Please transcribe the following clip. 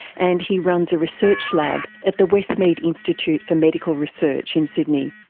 and he runs a research lab at the westmead institute for medical research in sydney.